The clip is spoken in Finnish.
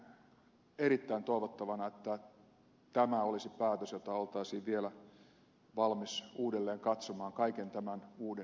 pidän erittäin toivottavana että tämä olisi päätös jota oltaisiin vielä valmis uudelleen katsomaan kaiken tämän uuden informaation pohjalta